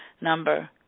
number